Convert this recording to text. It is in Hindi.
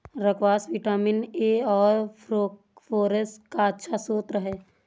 स्क्वाश विटामिन ए और फस्फोरस का अच्छा श्रोत है